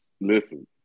Listen